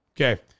Okay